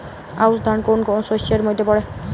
আউশ ধান কোন শস্যের মধ্যে পড়ে?